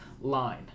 line